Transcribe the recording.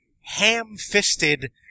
ham-fisted